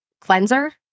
cleanser